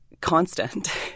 constant